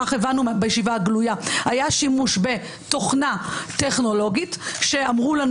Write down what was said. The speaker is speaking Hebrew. כך הבנו בישיבה הגלויה היה שימוש בתוכנה טכנולוגית שאמרו לנו